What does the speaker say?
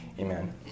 Amen